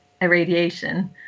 irradiation